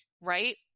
right